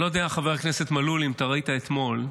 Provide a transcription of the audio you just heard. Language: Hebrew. יודע, חבר הכנסת מלול, אם אתה ראית אתמול,